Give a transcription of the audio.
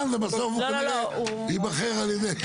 ובסוף הוא כנראה ייבחר על ידי עוד שר.